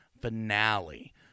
finale